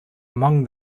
among